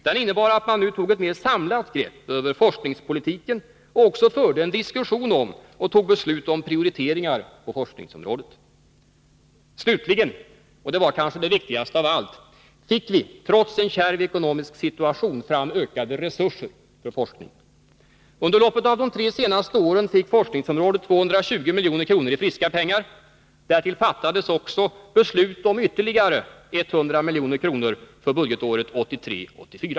Den innebar, att man nu tog ett mera samlat grepp över forskningspolitiken och också förde en diskussion om och tog beslut om prioriteringar på forskningsområdet. Slutligen, och det var kanske det viktigaste av allt, fick vi trots en kärv ekonomisk situation fram ökade resurser för forskningen. Under loppet av de tre senaste åren fick forskningsområdet 220 milj.kr. i friska pengar. Därtill fattades beslut också om ytterligare 100 milj.kr. för budgetåret 1983/84.